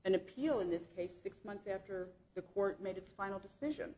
an appeal in this case six months after the court made its final decision